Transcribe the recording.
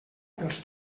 pels